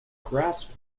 grasp